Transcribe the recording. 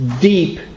deep